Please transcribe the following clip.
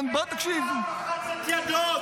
נתניהו לחץ את ידו.